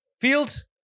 Fields